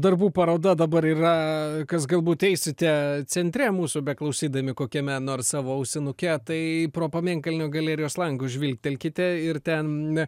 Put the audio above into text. darbų paroda dabar yra kas galbūt eisite centre mūsų beklausydami kokiame nors savo ausinuke tai pro pamėnkalnio galerijos langus žvilgtelkite ir ten